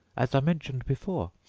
as i mentioned before,